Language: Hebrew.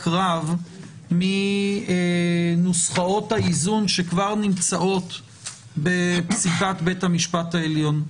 רב מנוסחאות האיזון שכבר נמצאות בפסיקת בית המשפט העליון.